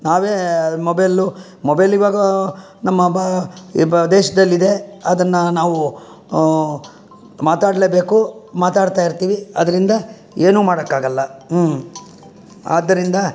ನಾವೇ mobile mobile ಇವಾಗ ನಮ್ಮ ಬ ಈ ಬ ದೇಶದಲ್ಲಿದೆ ಅದನ್ನು ನಾವು ಮಾತಾಡಲೇಬೇಕು ಮಾತಾಡ್ತಾ ಇರ್ತೀವಿ ಅದರಿಂದ ಏನೂ ಮಾಡೋಕ್ಕಾಗಲ್ಲ ಆದ್ದರಿಂದ